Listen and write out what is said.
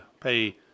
pay